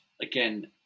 again